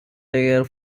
their